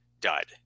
dud